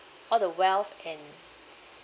all the wealth and